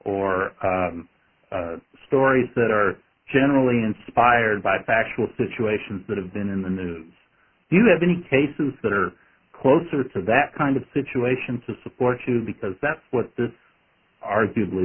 or stories that are generally inspired by factual situations that have been in the news do you have any cases that are closer to that kind of situation to support you because that's what this arguably